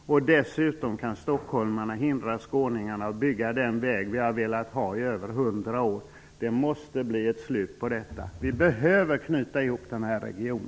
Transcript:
Dessutom kan stockholmarna hindra skåningarna att bygga den väg som vi har velat ha i över 100 år. Det måste bli ett slut på detta. Den här regionen behöver knytas ihop.